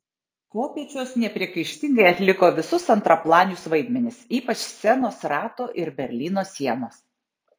kopėčios nepriekaištingai atliko visus antraplanius vaidmenis ypač scenos rato ir berlyno sienos